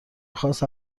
خاص